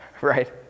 Right